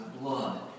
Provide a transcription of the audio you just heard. blood